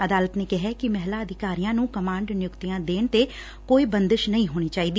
ਅਦਾਲਤ ਨੇ ਕਿਹੈ ਕਿ ਮਹਿਲਾ ਅਧਿਕਾਰੀਆਂ ਨੂੰ ਕਮਾਂਡ ਨਿਯੁਕਤੀਆਂ ਦੇਣ ਤੇ ਕੋਈ ਬੰਦਿਸ਼ ਨਹੀ ਹੋਣੀ ਚਾਹੀਦੀ